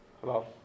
Hello